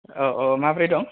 औ औ माबोरै दं